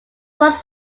was